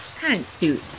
pantsuit